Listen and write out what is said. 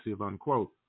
unquote